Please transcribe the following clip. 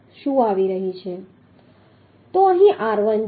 તો અહીં r1 છે